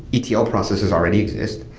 etl processes already exist,